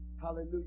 Hallelujah